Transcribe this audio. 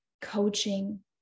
coaching